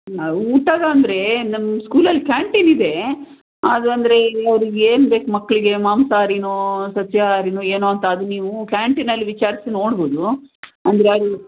ಊಟದ್ದಂದರೆ ನಮ್ಮ ಸ್ಕೂಲಲ್ಲಿ ಕ್ಯಾಂಟೀನ್ ಇದೆ ಅದು ಅಂದರೆ ಅವರಿಗೆ ಏನು ಬೇಕು ಮಕ್ಕಳಿಗೆ ಮಾಂಸಾಹಾರಿಯೋ ಸಸ್ಯಾಹಾರಿಯೋ ಏನೋ ಅಂತ ಅದು ನೀವು ಕ್ಯಾಂಟೀನಲ್ಲಿ ವಿಚಾರಿಸಿ ನೋಡಬಹುದು ಅಂದರೆ ಅದು